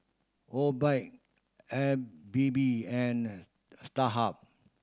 Obike Habibie and Starhub